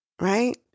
right